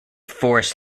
forest